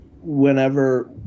whenever